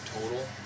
total